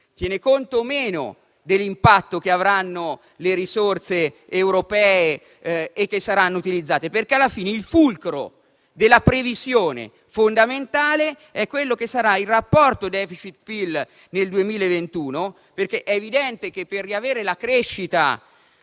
Tiene conto o meno dell'impatto che avranno le risorse europee e che saranno utilizzate? Alla fine, il fulcro della previsione fondamentale sarà il rapporto *deficit*-PIL nel 2021, perché è evidente che per riavere la crescita,